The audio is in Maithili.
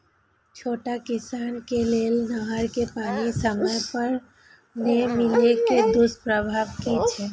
छोट किसान के लेल नहर के पानी समय पर नै मिले के दुष्प्रभाव कि छै?